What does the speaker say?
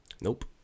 Nope